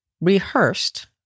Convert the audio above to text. rehearsed